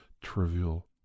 trivial